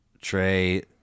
Trey